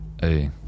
hey